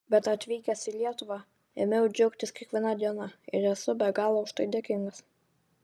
bet atvykęs į lietuvą ėmiau džiaugtis kiekviena diena ir esu be galo už tai dėkingas